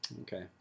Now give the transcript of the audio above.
Okay